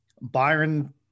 Byron